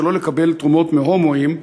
שלא לקבל תרומות מהומואים,